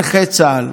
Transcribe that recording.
נכי צה"ל.